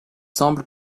semble